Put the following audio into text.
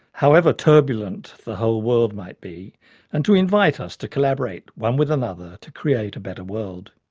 however turbulent the whole world might be and to invite us to collaborate one with another to create a better world.